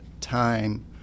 time